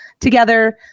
together